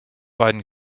beidem